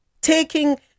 taking